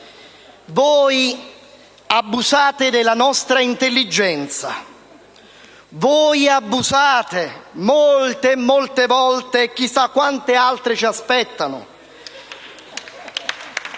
Voi abusate della nostra intelligenza. Voi abusate molte e molte volte, e chissà quante altre ci aspettano.